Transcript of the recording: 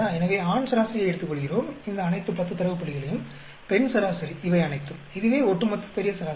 எனவே ஆண் சராசரியை எடுத்துக்கொள்கிறோம் இந்த அனைத்து 10 தரவு புள்ளிகளையும் பெண் சராசரி இவை அனைத்தும் இதுவே ஒட்டுமொத்த பெரிய சராசரி